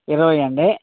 ఇరవై అండీ